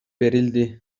берилди